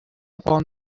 upon